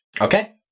Okay